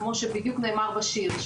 כמו שבדיוק נאמר בשיר,